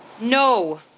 no